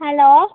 hello